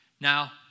Now